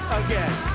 again